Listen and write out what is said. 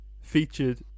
featured